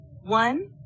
One